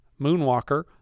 Moonwalker